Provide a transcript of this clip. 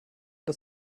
das